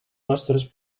nostres